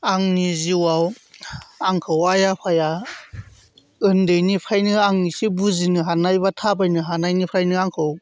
आंनि जिउआव आंखौ आइ आफाया उन्दैनिफ्रायनो आं एसे बुजिनो हानाय बा थाबायनो हानायनिफ्रायनो आंखौ